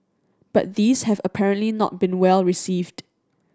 but these have apparently not been well received